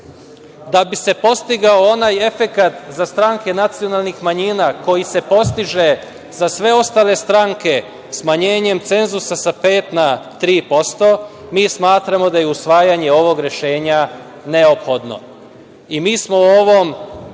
da bi se postigao onaj efekat za stranke nacionalnih manjina koji se postiže za sve ostale stranke smanjenjem cenzusa sa 5% na 3%, mi smatramo da je usvajanje ovog rešenja neophodno. Mi smo o ovom